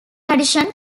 addition